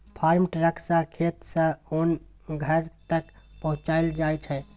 farm truck सँ खेत सँ ओन घर तक पहुँचाएल जाइ छै